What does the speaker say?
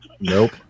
Nope